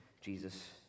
Jesus